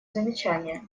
замечания